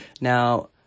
Now